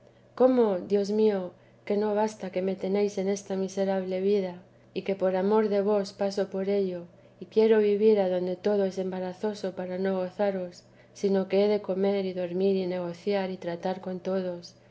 cómo dios mío que no basta que me tenéis en esta miserable vida y que por amor de vos paso por ello y quiero vivir adonde todo es embarazos para no gozaros sino que he de comer y dormir y negociar y tratar con todos